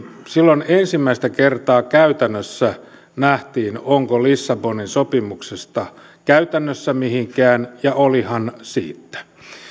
silloin ensimmäistä kertaa käytännössä nähtiin onko lissabonin sopimuksesta käytännössä mihinkään ja olihan siitä